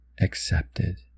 accepted